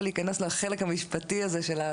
היו חכמים ולא חיכו שיקישו להם בדלת,